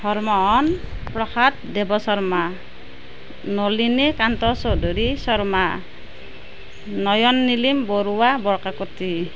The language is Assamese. হৰমোহন প্ৰসাদ দেৱশৰ্মা নলিনীকান্ত চৌধুৰী শৰ্মা নয়ন নীলিম বৰুৱা বৰকাকতী